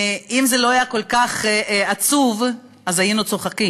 אם זה לא היה כל כך עצוב, היינו צוחקים.